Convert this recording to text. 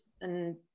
and-